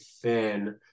thin